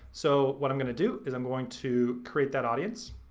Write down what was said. so what i'm gonna do is i'm going to create that audience,